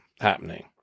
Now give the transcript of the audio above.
happening